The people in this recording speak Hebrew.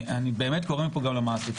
אני באמת קורא מפה גם למעסיקים,